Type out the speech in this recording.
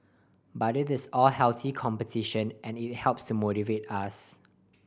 but it's all healthy competition and it helps to motivate us